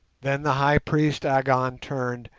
then the high priest agon turned,